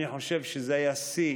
אני חושב שזה היה שיא